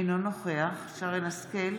אינו נוכח שרן מרים השכל,